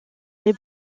les